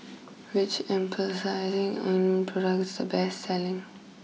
which Ointment product is the best selling